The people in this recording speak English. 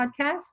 podcast